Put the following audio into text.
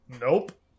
Nope